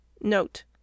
Note